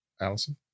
Allison